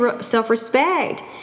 self-respect